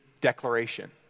declaration